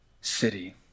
city